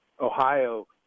Ohio